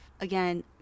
again